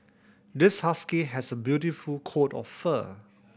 this husky has a beautiful coat of fur